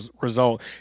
result